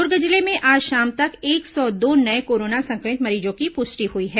दुर्ग जिले में आज शाम तक एक सौ दो नये कोरोना संक्रमित मरीजों की पुष्टि हुई है